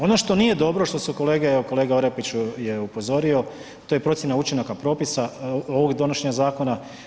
Ono što nije dobro, što su kolege, evo kolega Orepić je upozorio, to je procjena učinaka propisa ovog donošenja zakona.